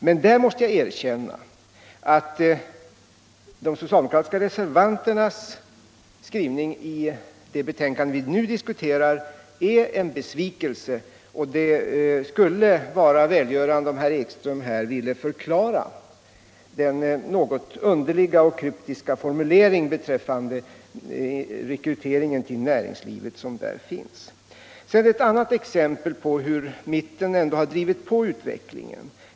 Men där måste jag erkänna att de socialdemokratiska reservanternas skrivning i det betänkande vi nu diskuterar är en besvikelse, och det skulle vara välgörande om herr Ekström här ville förklara den något underliga och kryptiska formulering beträffande rekryteringen till näringslivet som där finns. Låt mig också anföra ett annat exempel på hur mitten ändå har drivit på utvecklingen.